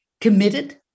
committed